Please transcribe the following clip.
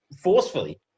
forcefully